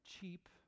cheap